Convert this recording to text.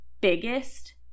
biggest